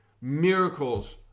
Miracles